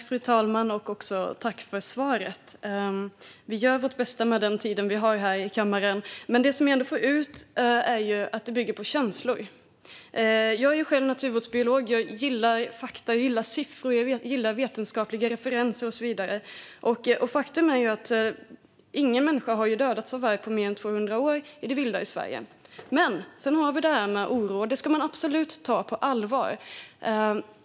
Fru talman! Jag tackar för svaret. Vi gör vårt bästa med den tid vi har här i kammaren. Det som jag får ut av detta är att det bygger på känslor. Jag är naturvårdsbiolog, och jag gillar fakta, siffror, vetenskapliga referenser och så vidare. Faktum är att ingen människa har dödats av varg på mer än 200 år i det vilda i Sverige. Men sedan har vi detta med oro, och det ska man absolut ta på allvar.